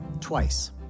twice